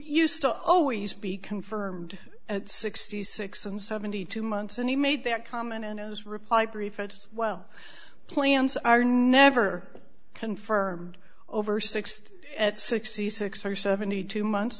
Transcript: used to always be confirmed at sixty six and seventy two months and he made that comment and his reply brief as well plans are never confirmed over sixty at sixty six or seventy two months